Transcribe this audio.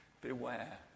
beware